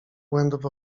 błędów